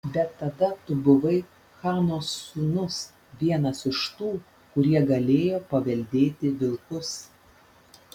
bet tada tu buvai chano sūnus vienas iš tų kurie galėjo paveldėti vilkus